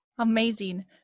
Amazing